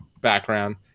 background